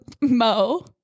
Mo